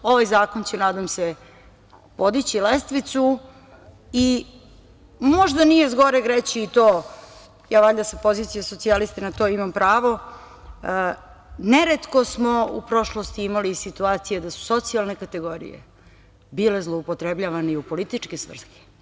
Ovaj zakon će, nadam se, podići lestvicu i možda nije zgoreg reći i to, ja valjda sa pozicije socijalista na to imam pravo, neretko smo u prošlosti imali situacije da su socijalne kategorije bile zloupotrebljavane i u političke svrhe.